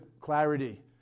clarity